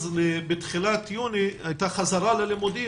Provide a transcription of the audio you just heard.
בתחילת יוני הייתה חזרה ללימודים,